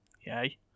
Yay